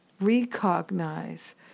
recognize